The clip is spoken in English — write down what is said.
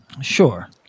Sure